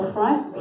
right